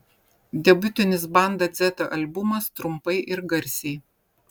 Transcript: debiutinis banda dzeta albumas trumpai ir garsiai